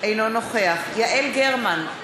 אינו נוכח יעל גרמן,